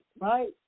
right